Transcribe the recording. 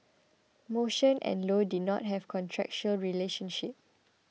motion and low did not have a contractual relationship